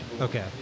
Okay